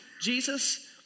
Jesus